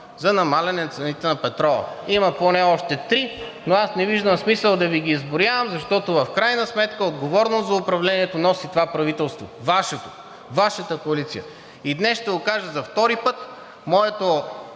за намаляване на цените на петрола. Има поне още три, но аз не виждам смисъл да Ви ги изброявам, защото в крайна сметка отговорност за управлението носи това правителство – Вашето, Вашата коалиция. И днес ще го кажа за втори път: моето